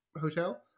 hotel